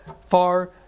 far